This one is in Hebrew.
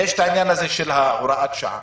יש עניין הוראת השעה,